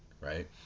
right